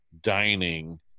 dining